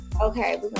okay